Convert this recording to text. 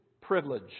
privilege